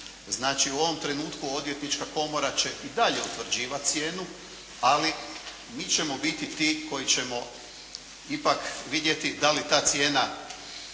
Znači u ovom trenutku odvjetnička komora će i dalje utvrđivati cijenu, ali mi ćemo biti ti koji ćemo ipak vidjeti da li ta cijena